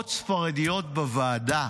אימהות ספרדיות בוועדה,